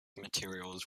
materials